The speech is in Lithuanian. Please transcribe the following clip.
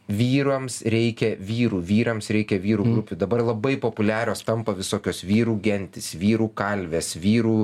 vyrams reikia vyrų vyrams reikia vyrų grupių dabar labai populiarios tampa visokios vyrų gentys vyrų kalvės vyrų